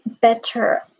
better